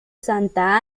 santa